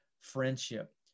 friendship